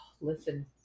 listen